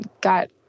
Got